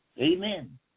Amen